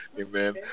amen